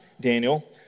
Daniel